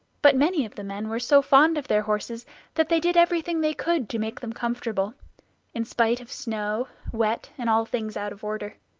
but many of the men were so fond of their horses that they did everything they could to make them comfortable in spite of snow, wet, and all things out of order.